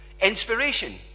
inspiration